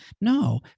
No